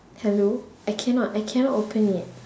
hello I cannot I cannot open it